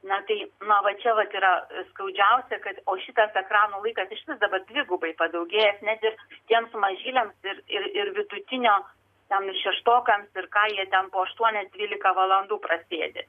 na tai na va čia vat yra skaudžiausia kad o šitas ekranų laikas išvis dabar dvigubai padaugėjęs net ir tiems mažyliams ir ir vidutinio ten ir šeštokams ir ką jie ten po aštuonias dvylika valandų prasėdi